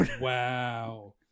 Wow